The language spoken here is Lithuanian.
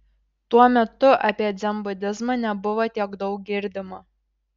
tuo metu apie dzenbudizmą nebuvo tiek daug girdima